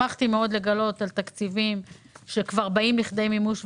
שמחתי מאוד לגלות תקציבים שכבר באים לכדי מימוש,